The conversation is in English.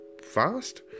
fast